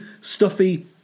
stuffy